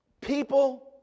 people